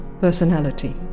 personality